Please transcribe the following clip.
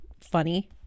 funny